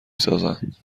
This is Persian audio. سازند